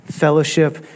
fellowship